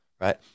right